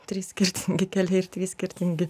trys skirtingi keliai ir trys skirtingi